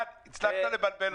אתה הצלחת לבלבל אותי.